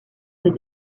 des